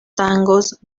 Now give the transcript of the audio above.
tangos